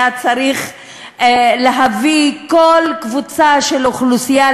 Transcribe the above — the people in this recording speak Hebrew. זה היה צריך להביא כל קבוצה של אוכלוסייה